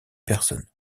personnes